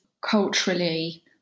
culturally